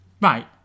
Right